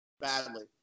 Badly